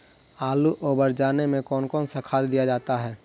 आलू ओवर जाने में कौन कौन सा खाद दिया जाता है?